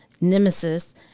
nemesis